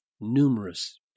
numerous